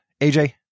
AJ